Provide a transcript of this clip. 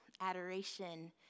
adoration